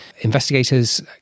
investigators